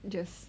just